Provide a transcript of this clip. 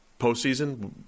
postseason